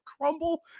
crumble